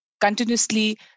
continuously